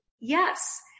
yes